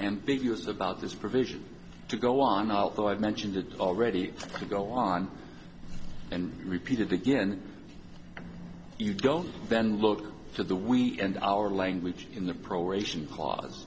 and figures about this provision to go on altho i've mentioned to already go on and repeated again you don't then look for the we end our language in the proration clause